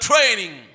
Training